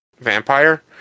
vampire